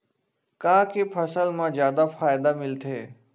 का के फसल मा जादा फ़ायदा मिलथे?